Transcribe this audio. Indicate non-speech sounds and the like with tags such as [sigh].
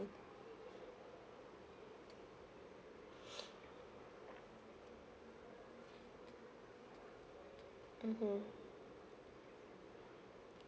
[breath] [noise] mmhmm